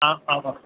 ஆ ஆமாம்ங்க